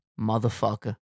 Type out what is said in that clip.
Motherfucker